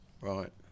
Right